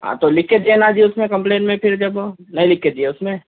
ہاں تو لکھ کے دیے نا جی اس میں کمپلین میں پھر جب وہ نہیں لکھ کے دیے اس میں